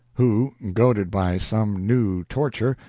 who, goaded by some new torture,